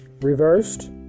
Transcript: Reversed